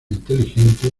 inteligente